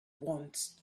want